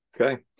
okay